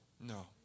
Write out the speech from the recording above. no